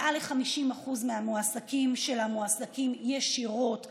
מעל 50% מהמועסקים שלה מועסקים ישירות בתיירות,